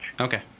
Okay